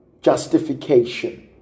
justification